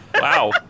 Wow